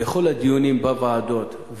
בכל הדיונים בוועדות,